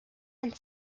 and